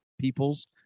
peoples